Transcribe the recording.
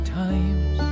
times